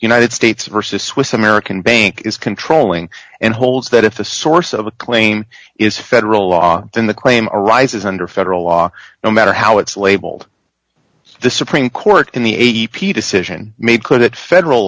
united states versus with american bank is controlling and holds that if the source of a claim is a federal law then the claim arises under federal law no matter how it's labeled the supreme court in the a t p decision made could it federal